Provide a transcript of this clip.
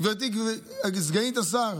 סגנית השר